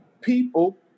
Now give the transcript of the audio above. people